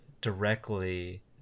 directly